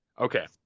Okay